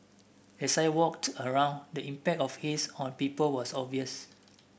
as I walked around the impact of haze on people was obvious